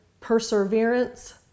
perseverance